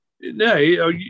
No